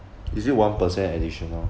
is it one percent additional